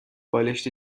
بالشت